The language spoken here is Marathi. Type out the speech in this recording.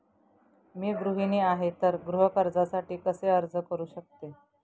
मी गृहिणी आहे तर गृह कर्जासाठी कसे अर्ज करू शकते?